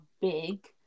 big